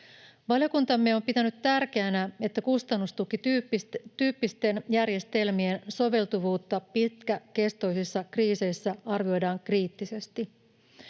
Valiokuntamme on pitänyt tärkeänä, että kustannustukityyppisten järjestelmien soveltuvuutta pitkäkestoisissa kriiseissä arvioidaan kriittisesti.